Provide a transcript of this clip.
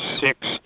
six